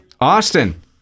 Austin